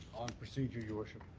on procedure, your worship.